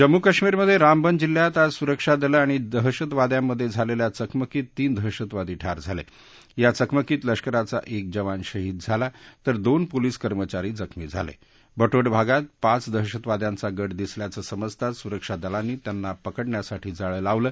जम्मू कश्मीरमध्रिमबन जिल्ह्यात आज सुरक्षादलं आणि दहशतवाद्यांमध्रिालल्यिा चकमकीत तीन दहशतवादी ठार झाला प्रा चकमकीत लष्कराचा एक जवान शहीद झाला तर दोन पोलीस कर्मचारी जखमी झाला प्रटोट भागात पाच दहशतवाद्यांचा गट दिसल्याचं समजताच सुरक्षा दलांनी त्यांना पकडण्यासाठी जाळं लावलं